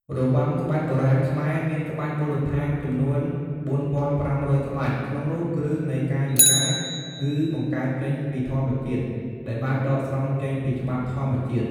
របាំក្បាច់បុរាណខ្មែរ មានក្បាច់មូលដ្ឋានចំនួន ៤៥០០ ក្បាច់ ក្នុងនោះគ្រឹះនៃកាយវិការ គឺបង្កើតចេញពីធម្មជាតិ ដែលបានដកស្រង់ចេញពីច្បាប់ធម្មជាតិ។